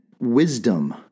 wisdom